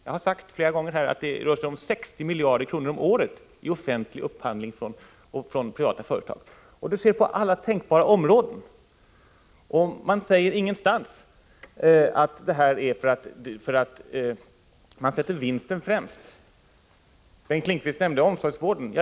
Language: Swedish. Jag har flera gånger sagt att den offentliga upphandlingen från privata företag uppgår till 60 miljarder kronor om året, och sådan upphandling förekommer på alla tänkbara områden. Bengt Lindqvist nämnde omsorgsvården.